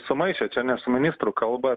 sumaišė čia ne su ministru kalba